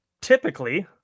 Typically